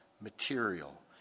material